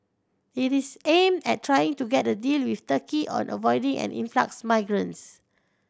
it is aimed at trying to get a deal with Turkey on avoiding an influx migrants